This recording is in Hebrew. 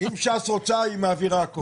אם ש"ס רוצה היא מעבירה הכל.